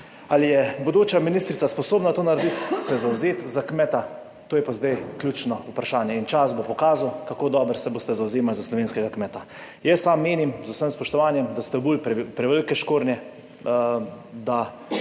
Ali je bodoča ministrica sposobna to narediti, se zavzeti za kmeta, to je pa zdaj ključno vprašanje in čas bo pokazal, kako dobro se boste zavzemali za slovenskega kmeta. Jaz sam menim z vsem spoštovanjem, da ste obuli prevelike škornje, da